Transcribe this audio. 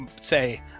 say